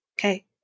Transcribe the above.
Okay